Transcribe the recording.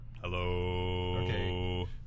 Hello